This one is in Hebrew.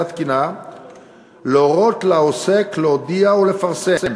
התקינה להורות לעוסק להודיע או לפרסם